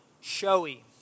showy